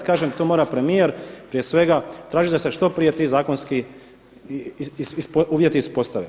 Kažem tu mora premijer prije svega tražiti da se što prije ti zakonski uvjeti ispostave.